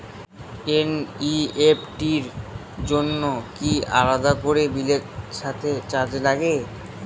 NEFT র জন্য কি আলাদা করে বিলের সাথে চার্জ লাগে?